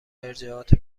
ارجاعات